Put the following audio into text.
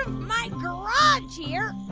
ah my garage here.